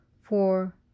four